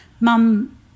Mum